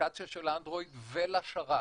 לאפליקציה של אנדרואיד ולשרת.